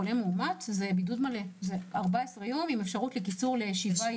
מגע הדוק של חולה מאומת זה בידוד מלא 14 יום עם אפשרות לקיצור לשבעה